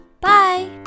Bye